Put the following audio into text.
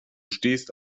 stehst